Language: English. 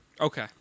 Okay